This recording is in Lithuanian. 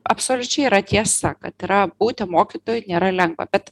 absoliučiai yra tiesa kad yra būti mokytoju nėra lengva bet